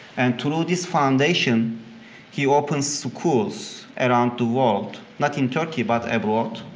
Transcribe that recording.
and through this foundation he opens schools around the world, not in turkey but the world.